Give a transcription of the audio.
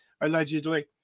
allegedly